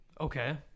okay